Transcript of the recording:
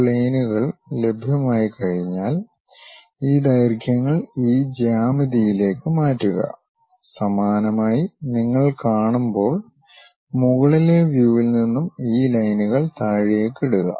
ഈ പ്ലെയിനുകൾ ലഭ്യമായിക്കഴിഞ്ഞാൽ ഈ ദൈർഘ്യങ്ങൾ ഈ ജ്യാമിതിയിലേക്ക് മാറ്റുക സമാനമായി നിങ്ങൾ കാണുമ്പോൾ മുകളിലെ വ്യൂവിൽ നിന്നും ഈ ലൈനുകൾ താഴേക്ക് ഇടുക